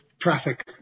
traffic